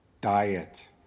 diet